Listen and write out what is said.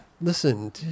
listen